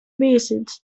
visits